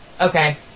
Okay